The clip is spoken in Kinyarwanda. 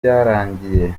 byarangiye